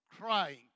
crying